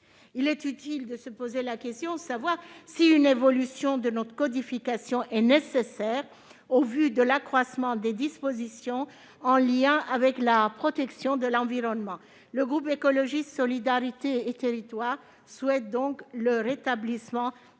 Il est utile de se demander si une évolution de notre codification est nécessaire au regard de l'accroissement des dispositions en lien avec la protection de l'environnement. Le groupe Écologiste - Solidarité et Territoires souhaite donc le rétablissement